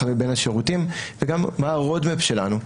מבין השירותים וגם מה מפת הדרכים שלנו,